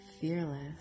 fearless